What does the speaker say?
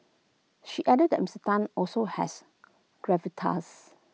she added that Mister Tan also has gravitas